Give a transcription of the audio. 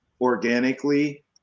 organically